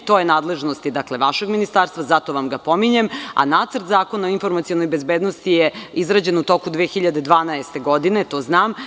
To je nadležnost vašeg ministarstva, zato vam ga pominjem, a Nacrt zakona o informacionoj bezbednosti je izrađen u toku 2012. godine, to znam.